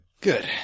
Good